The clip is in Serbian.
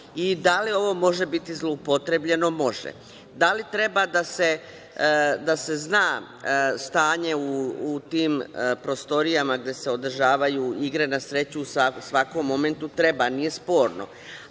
li ovo može biti zloupotrebljeno? Može. Da li treba da se zna stanje u tim prostorijama gde se održavaju igre na sreću u svakom momentu? Treba, nije sporno,